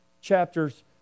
chapters